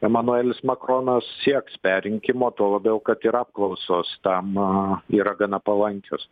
emanuelis makronas sieks perrinkimo tuo labiau kad ir apklausos tam yra gana palankios